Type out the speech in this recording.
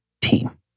team